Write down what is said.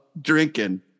drinking